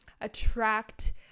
attract